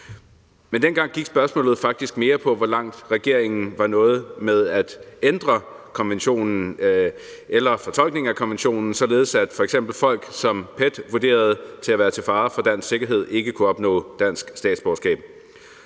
Men dengang gik spørgsmålet faktisk mere på, hvor langt regeringen var nået med at ændre konventionen eller fortolkningen af konventionen, således at f.eks. folk, som PET vurderede til at være til fare for dansk sikkerhed, ikke kunne opnå dansk statsborgerskab.